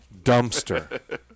dumpster